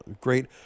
great